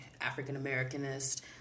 African-Americanist